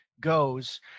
goes